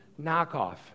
knockoff